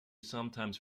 sometimes